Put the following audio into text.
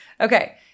Okay